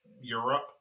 europe